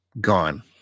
gone